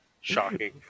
Shocking